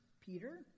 peter